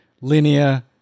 linear